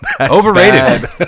Overrated